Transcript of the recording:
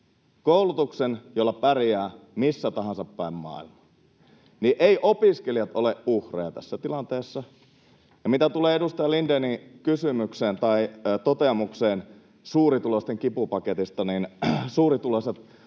Koulutuksen, jolla pärjää missä tahansa päin maailmaa. Eivät opiskelijat ole uhreja tässä tilanteessa. Mitä tulee edustaja Lindénin kysymykseen tai toteamukseen suurituloisten kipupaketista, niin suurituloiset